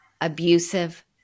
abusive